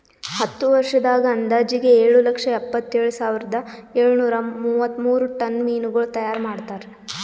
ಹತ್ತು ವರ್ಷದಾಗ್ ಅಂದಾಜಿಗೆ ಏಳು ಲಕ್ಷ ಎಪ್ಪತ್ತೇಳು ಸಾವಿರದ ಏಳು ನೂರಾ ಮೂವತ್ಮೂರು ಟನ್ ಮೀನಗೊಳ್ ತೈಯಾರ್ ಮಾಡ್ತಾರ